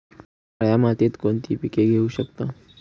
काळ्या मातीत कोणती पिके घेऊ शकतो?